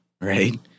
right